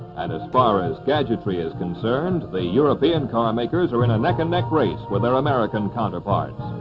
and as far as gadgetry is concerned, the european car makers are in a neck-and-neck race with their american counterparts.